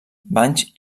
banys